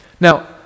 Now